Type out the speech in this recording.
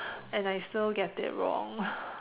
and I still get it wrong